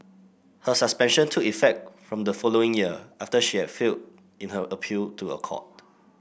her suspension took effect from the following year after she had failed in her appeal to a court